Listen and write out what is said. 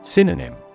Synonym